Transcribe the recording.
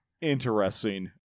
Interesting